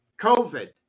COVID